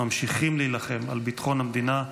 ממשיכים להילחם על ביטחון המדינה,